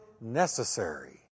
necessary